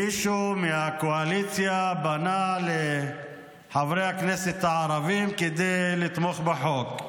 מישהו מהקואליציה פנה לחברי הכנסת הערבים כדי לתמוך בחוק.